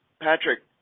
Patrick